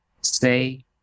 Stay